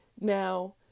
Now